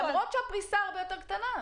למרות שהפריסה הרבה יותר קטנה.